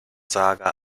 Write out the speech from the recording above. saga